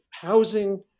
housing